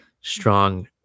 strong